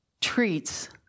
treats